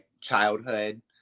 childhood